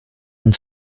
and